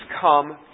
come